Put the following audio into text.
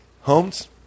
Holmes